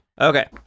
okay